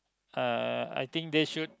uh I think they should